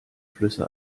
flüsse